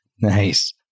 Nice